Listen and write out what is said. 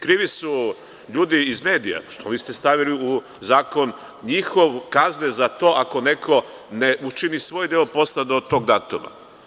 Krivi su ljudi iz medija, što niste stavili u zakon kazne za to ako neko ne učini svoj deo posla do tog datuma?